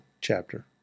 chapter